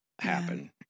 happen